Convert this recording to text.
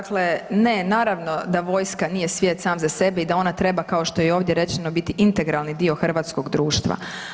Dakle ne naravno da vojska nije svijet sam za sebe i da ona treba kao što je i ovdje rečeno biti integralni dio hrvatskog društva.